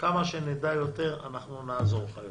וכמה שנדע יותר אנחנו נעזור לך יותר.